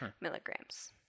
milligrams